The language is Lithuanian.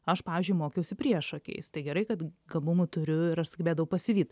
aš pavyzdžiui mokiausi priešokiais tai gerai kad gabumų turiu ir aš sugebėdavau pasivyt